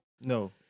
No